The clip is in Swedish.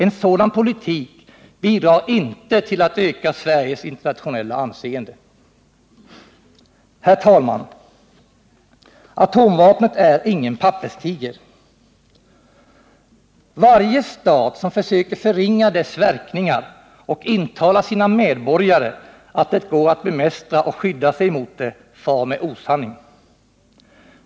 En sådan politik bidrar inte till att öka Sveriges internationella anseende. Herr talman! Atomvapnet är ingen papperstiger. Varje stat som försöker förringa dess verkningar och intala sina medborgare att det går att bemästra och att skydda sig mot det far med osanning.